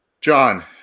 John